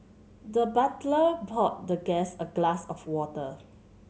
the butler poured the guest a glass of water